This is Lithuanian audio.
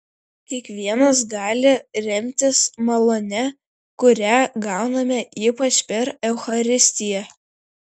kiekvienas gali remtis malone kurią gauname ypač per eucharistiją